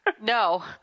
No